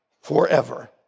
forever